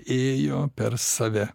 ėjo per save